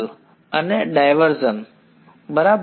curl અને divergences બરાબર